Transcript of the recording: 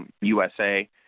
USA